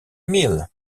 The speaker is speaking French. milles